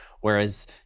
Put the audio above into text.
whereas